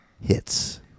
Hits